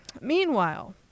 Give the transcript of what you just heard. Meanwhile